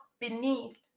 beneath